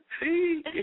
See